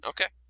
Okay